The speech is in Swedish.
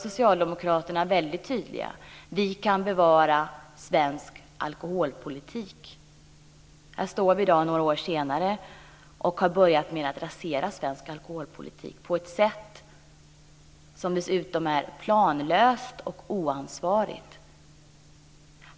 Socialdemokraterna var väldigt tydliga och sade att vi kan bevara svensk alkoholpolitik. Vi står här i dag några år senare och har börjat rasera svensk alkoholpolitik på ett sätt som dessutom är planlöst och oansvarigt.